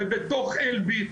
ובתוך אלביט,